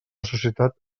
societat